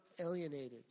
alienated